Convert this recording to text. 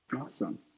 Awesome